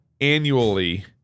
annually